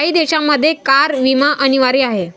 काही देशांमध्ये कार विमा अनिवार्य आहे